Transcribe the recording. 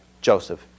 Joseph